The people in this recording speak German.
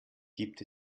gibt